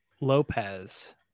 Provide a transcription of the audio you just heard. Lopez